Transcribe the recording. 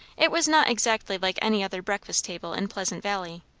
it was not exactly like any other breakfast table in pleasant valley,